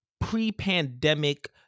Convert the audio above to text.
pre-pandemic